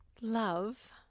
love